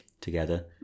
together